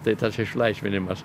tai tas išlaisvinimas